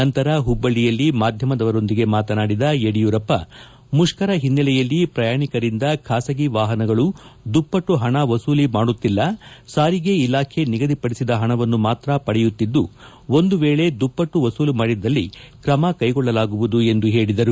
ನಂತರ ಪುಬ್ಬಳ್ಳಿಯಲ್ಲಿ ಮಾಧ್ಯಮದವರೊಂದಿಗೆ ಮಾತನಾಡಿದ ಯಡಿಯೂರಪ್ಪ ಮುಷ್ಕರ ಹಿನ್ನೆಲೆಯಲ್ಲಿ ಪ್ರಯಾಣಿಕರಿಂದ ಖಾಸಗಿ ವಾಪನಗಳು ದುಪ್ಪಟ್ಟು ಪಣಿ ವಸೂಲಿ ಮಾಡುತ್ತಿಲ್ಲ ಸಾರಿಗೆ ಇಲಾಖೆ ನಿಗದಿಪಡಿಸಿದ ಪಣವನ್ನು ಮಾತ್ರ ಪಡೆಯುತ್ತಿದ್ದು ಒಂದು ವೇಳೆ ದುಪ್ಪಟ್ಟು ವಸೂಲಿ ಮಾಡಿದಲ್ಲಿ ತ್ರಮ ಕೈಗೊಳ್ಳಲಾಗುವುದು ಎಂದು ಹೇಳಿದರು